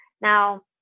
Now